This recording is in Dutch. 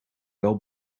wel